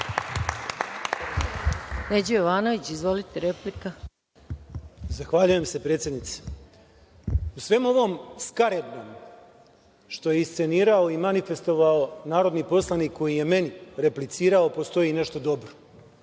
Neđo Jovanović, izvolite, replika. **Neđo Jovanović** Zahvaljujem se predsednice.U svemu ovom skarednom što je iscenirao i manifestovao narodni poslanik koji je meni replicirao postoji nešto dobro.